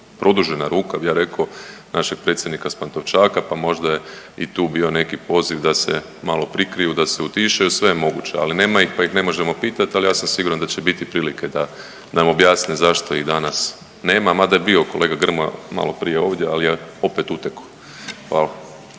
produžena ruka ja bi rekao našeg predsjednika s Pantovčaka, pa možda je i tu bio neki poziv da se malo prikriju, da se utišaju, sve je moguće, ali nema ih, pa ih ne možemo pitat, al ja sam siguran da će biti prilike da nam objasne zašto ih danas nema, mada je bio kolega Grmoja maloprije ovdje, ali je opet utekao. Hvala.